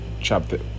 chapter